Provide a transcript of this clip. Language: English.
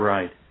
Right